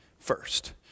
first